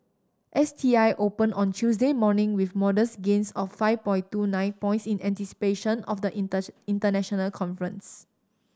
S T I open on Tuesday morning with modest gains of five point two nine points in anticipation of the inters international conference